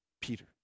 Peter